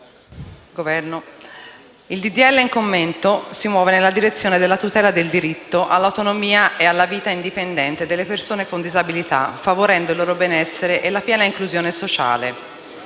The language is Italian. al nostro esame si muove nella direzione della tutela del diritto all'autonomia e alla vita indipendente delle persone con disabilità, favorendo il loro benessere e la piena inclusione sociale.